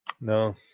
No